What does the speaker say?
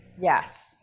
yes